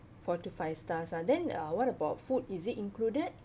four to five stars uh then uh what about food is it included